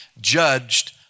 judged